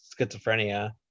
schizophrenia